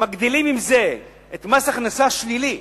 ומגדילים עם זה את מס הכנסה שלילי,